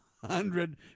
hundred